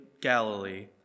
Galilee